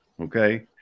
Okay